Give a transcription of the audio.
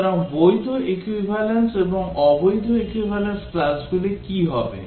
সুতরাং বৈধ equivalence এবং অবৈধ equivalence classগুলি কী হবে